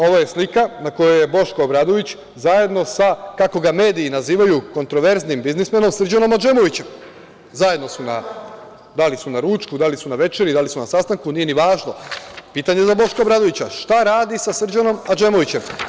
Ova je slika na kojoj je Boško Obradović zajedno sa, kako ga mediji nazivaju, kontraverznim biznismenom Srđanom Adžemovićem, da li su na ručku, da li su na sastanku, nije ni važno, pitanje za Boška Obradovića - šta radi sa Srđanom Adžemovićem?